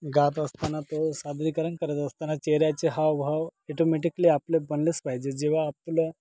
गात असताना तो सादरीकरण करत असताना चेहऱ्याचे हावभाव एटोमॅटिकली आपले बनलेच पाहिजे जेव्हा आपलं